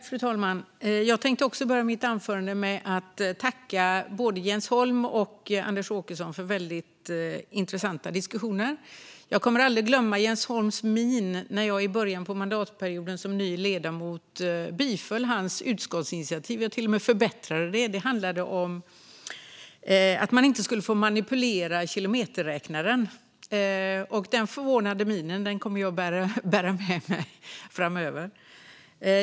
Fru talman! Jag tänkte också börja mitt anförande med att tacka både Jens Holm och Anders Åkesson för väldigt intressanta diskussioner. Jag kommer aldrig att glömma Jens Holms min när jag i början av mandatperioden som ny ledamot stödde hans utskottsinitiativ och till och med förbättrade det. Det handlade om att man inte skulle få manipulera kilometerräknaren. Den förvånade minen kommer jag att bära med mig framöver.